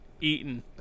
eaten